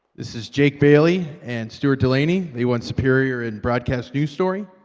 this is jake baily and stuart delaney, they won superior in broadcast news story